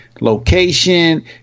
location